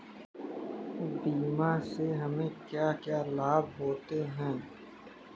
बीमा से हमे क्या क्या लाभ होते हैं?